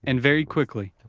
and very quickly.